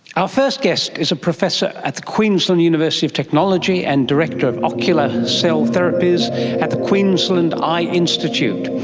our first guest is a professor at the queensland university of technology and director of ocular cell therapies at the queensland eye institute.